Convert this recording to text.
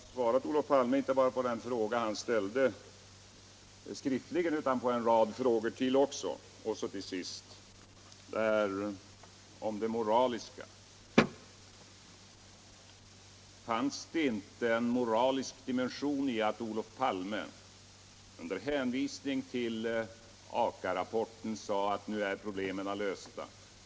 Herr talman! Jag har svarat Olof Palme — inte bara på den fråga han ställt skriftligen utan också på en rad ytterligare frågor. Till sist om det moraliska. Fanns det inte en moralisk dimension i att Olof Palme under hänvisning till Aka-rapporten sade att problemen var lösta?